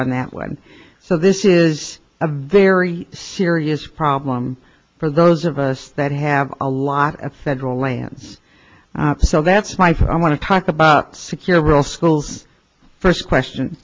on that one so this is a very serious problem for those of us that have a lot of federal lands so that's why for i want to talk about secure real schools first question